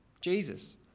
Jesus